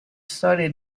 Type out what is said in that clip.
storie